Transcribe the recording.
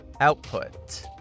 Output